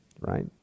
right